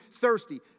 thirsty